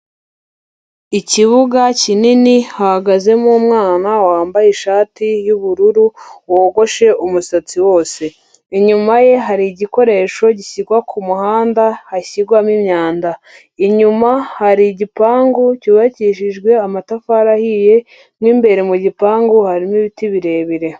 Ikibuga kinini hahagazemo umwana wambaye ishati y'ubururu wogoshe umusatsi wose, inyuma ye hari igikoresho gishyirwa ku muhanda hashyirwamo imyanda, inyuma hari igipangu cyubakishijwe amatafari ahiye mo imbere mu gipangu harimo ibiti birebire.